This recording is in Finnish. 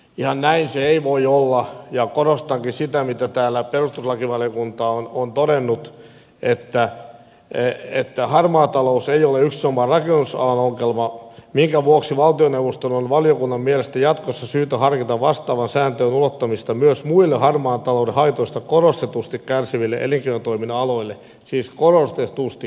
ihan näin se ei voi olla ja korostankin sitä mitä täällä perustuslakivaliokunta on todennut että harmaa talous ei ole yksinomaan rakennusalan ongelma minkä vuoksi valtioneuvoston on valiokunnan mielestä jatkossa syytä harkita vastaavan säännön ulottamista myös muille harmaan talouden haitoista korostetusti kärsiville elinkeinotoiminnan aloille siis korostetusti kärsiville